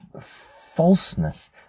falseness